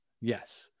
yes